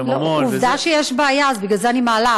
ב"ממון",